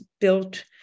built